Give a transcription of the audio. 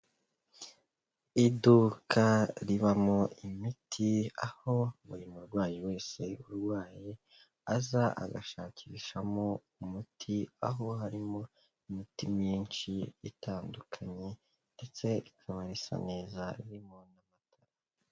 Iduka ribamo imiti aho buri murwayi wese urwaye aza agashakishamo umuti aho harimo imiti myinshi itandukanye ndetse rikaba risa neza ririmo amata.